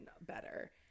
better